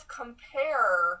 compare